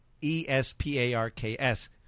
E-S-P-A-R-K-S